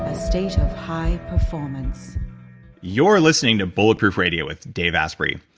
ah state of high performance you're listening to bulletproof radio with dave asprey.